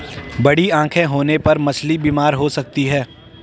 बड़ी आंखें होने पर मछली बीमार हो सकती है